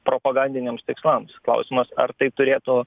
propagandiniams tikslams klausimas ar tai turėtų